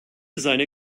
seine